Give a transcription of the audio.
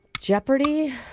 Jeopardy